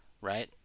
right